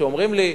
כשאומרים לי: